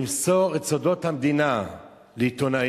למסור את סודות המדינה לעיתונאי,